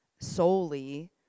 solely